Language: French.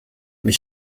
mes